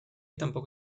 tampoco